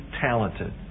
talented